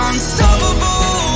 Unstoppable